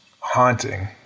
haunting